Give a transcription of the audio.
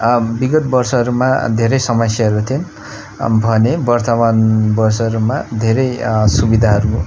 विगत वर्षहरूमा धेरै समयहरू थिए भने वर्तमान वर्षहरूमा धेरै सुविधाहरू